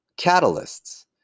catalysts